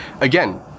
again